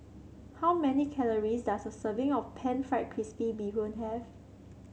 how many calories does a serving of pan fried crispy Bee Hoon have